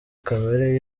kamere